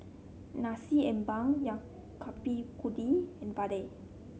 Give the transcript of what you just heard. Nasi Ambeng yao Bak Kut Teh and vadai